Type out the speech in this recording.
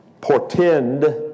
portend